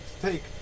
take